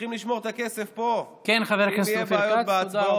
צריכים לשמור את הכסף פה, שאם יהיו בעיות בהצבעות.